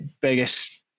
biggest